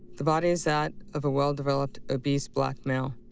the body is that of a well-developed obese black male.